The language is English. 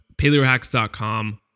PaleoHacks.com